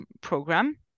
program